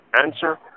answer